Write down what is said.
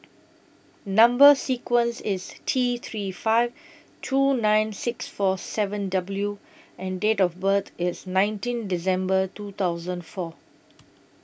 Number sequence IS T three five two nine six four seven W and Date of birth IS nineteen December two thousand four